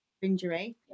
injury